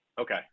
Okay